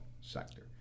sector